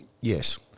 Yes